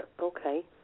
okay